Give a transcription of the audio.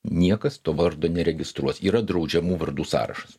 niekas to vardo neregistruos yra draudžiamų vardų sąrašas